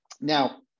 Now